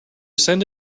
send